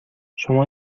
شما